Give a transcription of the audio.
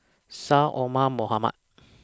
Syed Omar Mohamed